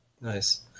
Nice